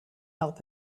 help